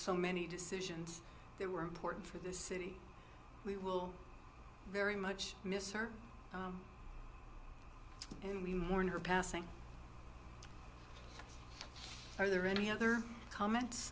so many decisions there were important for the city we will very much mister and we mourn her passing are there any other comments